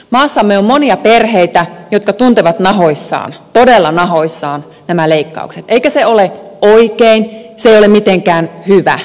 maassamme on monia perheitä jotka tuntevat nahoissaan todella nahoissaan nämä leikkaukset eikä se ole oikein se ei ole mitenkään hyvä